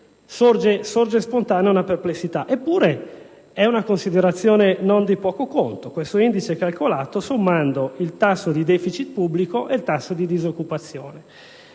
sorge spontanea una perplessità. Eppure è una considerazione non di poco conto perché questo indice viene calcolato sommando il tasso di *deficit* pubblico e il tasso di disoccupazione.